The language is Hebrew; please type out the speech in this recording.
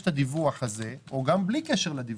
או גם בלי קשר לדיווח,